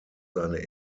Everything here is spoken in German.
seine